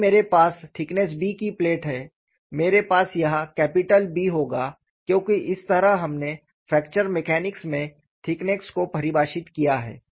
यदि मेरे पास थिकनेस B की प्लेट है मेरे पास यहां कैपिटल B होगा क्योंकि इस तरह हमने फ्रैक्चर मैकेनिक्स में थिकनेस को परिभाषित किया है